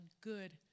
good